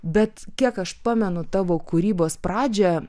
bet kiek aš pamenu tavo kūrybos pradžią